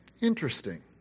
interesting